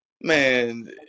Man